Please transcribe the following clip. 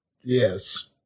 Yes